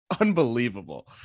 unbelievable